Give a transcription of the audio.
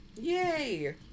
yay